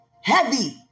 Heavy